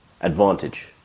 advantage